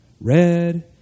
red